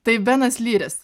tai benas lyris